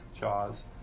jaws